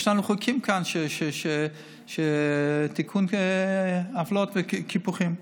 יש לנו כאן חוקים של תיקון עוולות וקיפוחים.